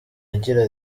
agira